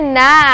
na